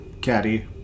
caddy